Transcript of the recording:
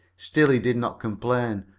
still he did not complain,